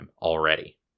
already